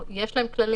כבר היום יש להם כללים.